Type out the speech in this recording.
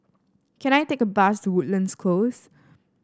can I take a bus to Woodlands Close